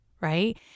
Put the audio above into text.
right